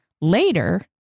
later